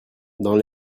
dans